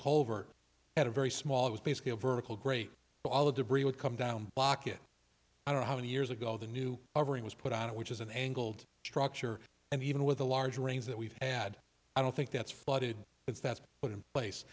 culver had a very small it was basically a vertical great wall of debris would come down block it i don't know how many years ago the new over it was put on it which is an angled structure and even with a large rains that we've had i don't think that's flooded if that's put in place